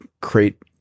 create